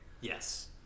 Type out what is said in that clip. Yes